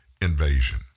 invasion